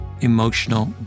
Emotional